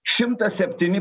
šimtas septyni